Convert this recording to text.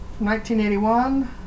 1981